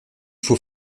faut